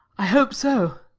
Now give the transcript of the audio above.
i hope so.